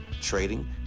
trading